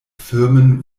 firmen